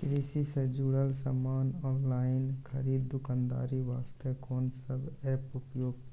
कृषि से जुड़ल समान ऑनलाइन खरीद दुकानदारी वास्ते कोंन सब एप्प उपयोग